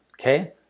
okay